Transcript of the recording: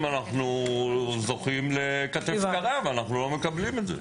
אנחנו זוכים לכתף קרה ואנחנו לא מקבלים את זה.